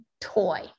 toy